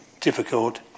difficult